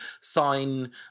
sign